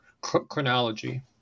chronology